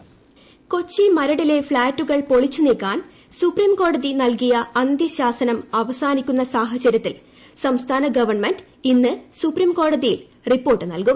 Maradu SC Kochi മരടിലെ ഫ്ളാറ്റുകൾ പൊളിച്ചു നീക്കാൻ സുപ്രീം കോടതി നൽകിയ അന്ത്യശാസനം അവസാനിക്കുന്ന സാഹചര്യത്തിൽ സംസ്ഥാന ഗവൺമെന്റ് ഇന്ന് സുപ്രീം കോടതിയിൽ റിപ്പോർട്ട് നൽകും